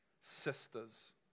sisters